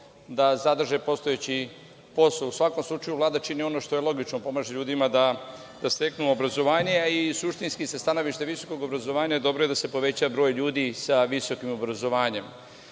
da zadrže postojeći posao. U svakom slučaju, Vlada čini ono što je logično – pomaže ljudima da steknu obrazovanje i suštinski, sa stanovišta visokog obrazovanja, dobro je da se poveća broj ljudi sa visokom obrazovanjem. Mi